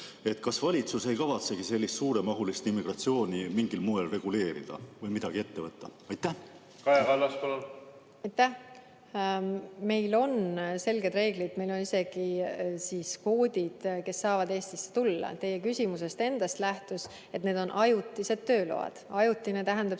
kas valitsus ei kavatsegi sellist suuremahulist immigratsiooni mingil moel reguleerida või midagi ette võtta? Kaja Kallas, palun! Meil on selged reeglid, meil on isegi kvoodid, kes saab Eestisse tulla. Teie küsimusest endast lähtus, et need on ajutised tööload. Ajutine tähendab